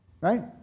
Right